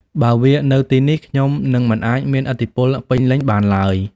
បើវានៅទីនេះ ខ្ញុំនឹងមិនអាចមានឥទ្ធិពលពេញលេញបានឡើយ!